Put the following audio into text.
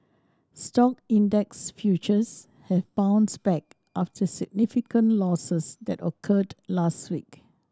stock index futures have bounced back after significant losses that occurred last week